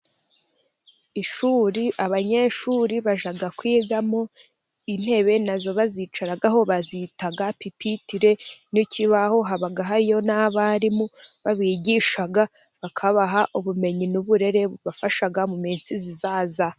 Ishuri, abanyeshuri bajya kwigiramo, intebe nazo bazicaraho bazita pipitere, ni ikibaho, haba hariyo n'abarimu babigisha, bakabaha ubumenyi n'uburere bubafasha mu minsi izaza.